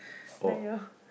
like your